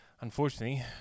unfortunately